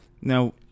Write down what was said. Now